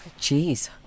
jeez